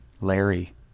larry